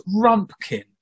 rumpkin